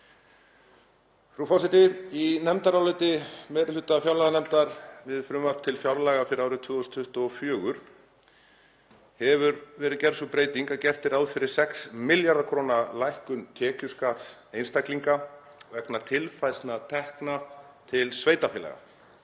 prósentustig. Í nefndaráliti meiri hluta fjárlaganefndar við frumvarp til fjárlaga fyrir árið 2024 hefur verið gerð sú breyting að gert er ráð fyrir 6 milljarða kr. lækkun tekjuskatts einstaklinga vegna tilfærslna tekna til sveitarfélaga